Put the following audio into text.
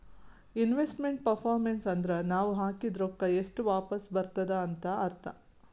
investment performance ಅಂದುರ್ ನಾವ್ ಹಾಕಿದ್ ರೊಕ್ಕಾ ಎಷ್ಟ ವಾಪಿಸ್ ಬರ್ತುದ್ ಅಂತ್ ಅರ್ಥಾ